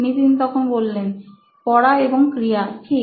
নিতিন পড়া এবং ক্রিয়াঠিক